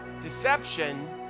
deception